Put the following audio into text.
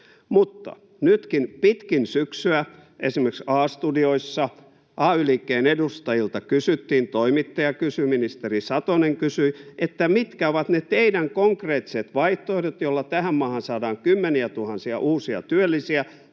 Mutta nytkin pitkin syksyä esimerkiksi A-studioissa ay-liikkeen edustajilta kysyttiin, toimittaja kysyi, ministeri Satonen kysyi, mitkä ovat ne teidän konkreettiset vaihtoehtonne, joilla tähän maahan saadaan kymmeniätuhansia uusia työllisiä